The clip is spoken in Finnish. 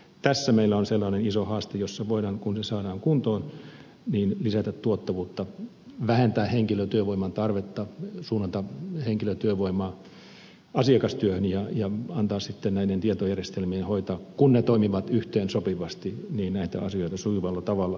tässä meillä on sellainen iso haaste jossa voidaan kun se saadaan kuntoon lisätä tuottavuutta vähentää henkilötyövoiman tarvetta suunnata henkilötyövoimaa asiakastyöhön ja antaa näiden tietojärjestelmien hoitaa kun ne toimivat yhteensopivasti näitä asioita sujuvalla tavalla